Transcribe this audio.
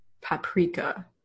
Paprika